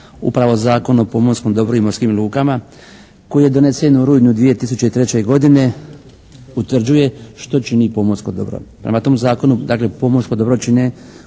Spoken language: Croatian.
Upravo Zakon o pomorskom dobru i morskim lukama koji je donesen u rujnu 2003. godine utvrđuje što čini pomorsko dobro. Prema tom Zakonu dakle pomorsko dobro čine